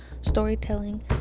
storytelling